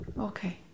Okay